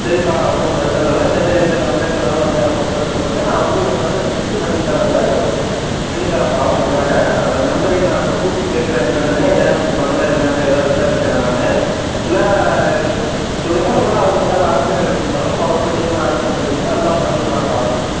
சரிப்பா ஒன்றும் பிரச்சனை இல்லை இந்த மாரி எந்த கம்ப்ளைண்ட்னாலும் வந்து அப்பப்போ சொல்லுங்கள் நான் வந்து உங்களுக்காக செஞ்சு பண்ணித் தரேன் சார் பண்ணி தரேன்ப்பா உங்களுக்காக அந்த மெம்பரையும் நான் இப்போ கூப்பிட்டு கேட்குறேன் என்னன்னு ஏன் இப்படி பண்ணல என்னன்னு எதா விசாரிக்கிறேன் நான் இல்லை சொல்லுங்கள் இல்லைன்னா அவங்க மேலே ஆக்ஷன் எடுக்கணுன்னாலும் முறப்படி என்ன ஆக்ஷன் எடுக்கணுமோ எல்லாம் பண்ணிக்கலாம்ப்பா